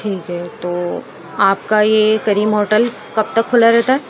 ٹھیک ہے تو آپ کا یہ کریم ہوٹل کب تک کھلا رہتا ہے